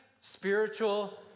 Spiritual